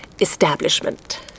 establishment